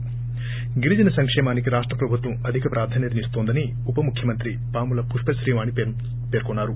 ి గిరిజన సంకేమానికి రాష్ట ప్రభుత్వం అధిక ప్రాధాన్యతనిస్తోందాని ఉప ముఖ్యమంత్రి పాముల పుష్పత్రీ వాణి చెప్పారు